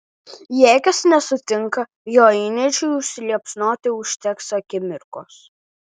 jei kas nesutinka jo įniršiui užsiliepsnoti užteks akimirkos